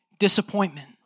disappointment